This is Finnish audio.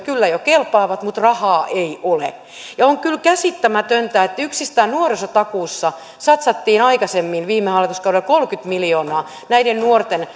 kyllä jo kelpaavat mutta rahaa ei ole ja on kyllä käsittämätöntä että kun yksistään nuorisotakuussa satsattiin aikaisemmin viime hallituskaudella kolmekymmentä miljoonaa näiden nuorten